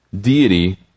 deity